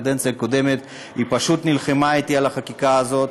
בקדנציה הקודמת היא פשוט נלחמה אתי על החקיקה הזאת.